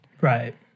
Right